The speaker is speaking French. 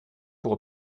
pour